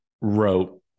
wrote